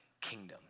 kingdom